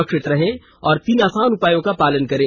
सुरक्षित रहें और तीन आसान उपायों का पालन करें